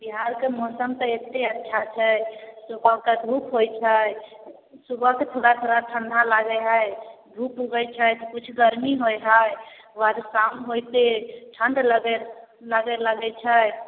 बिहारके मौसम तऽ एतेक अच्छा छै सुबहके धूप होइ छै सुबहके थोड़ा थोड़ा ठण्डा लागै हइ धूप उगै छै तऽ किछु गरमी होइ हइ ओकर बाद शाम होइते ठण्ड लागै लगै लगै छै